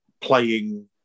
playing